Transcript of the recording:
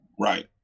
right